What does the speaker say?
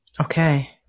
Okay